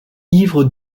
ivre